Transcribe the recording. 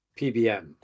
PBM